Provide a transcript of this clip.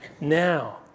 now